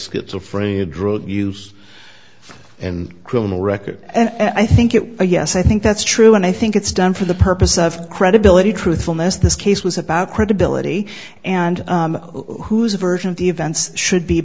schizophrenia drug use and criminal record and i think it a yes i think that's true and i think it's done for the purpose of credibility truthfulness this case was about credibility and whose version of the events should be